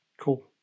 Cool